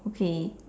okay